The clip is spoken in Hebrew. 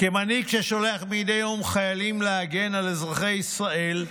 כמנהיג ששולח מדי יום חיילים להגן על אזרחי ישראל,